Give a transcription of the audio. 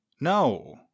No